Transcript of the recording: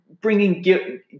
bringing